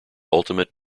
ultimate